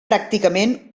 pràcticament